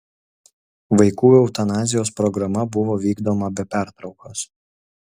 vaikų eutanazijos programa buvo vykdoma be pertraukos